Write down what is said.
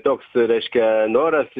toks reiškia noras